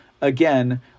again